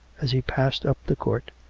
as he passed up the court,